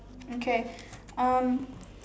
okay um